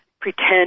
pretend